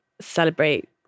celebrate